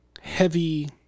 heavy